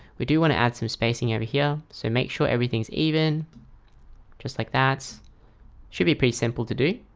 we do want to add some spacing over here. so make sure everything's even just like that should be pretty simple to do